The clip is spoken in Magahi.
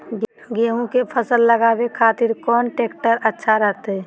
गेहूं के फसल लगावे खातिर कौन ट्रेक्टर अच्छा रहतय?